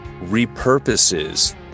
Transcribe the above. repurposes